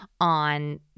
on